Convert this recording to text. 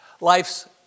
Life's